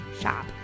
shop